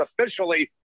officially